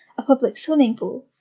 a public swimming pool,